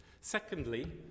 Secondly